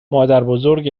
مادربزرگ